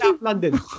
London